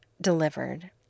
delivered